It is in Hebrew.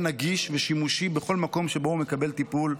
נגיש ושימושי בכל מקום שבו הוא מקבל טיפול,